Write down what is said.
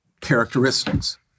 characteristics